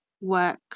work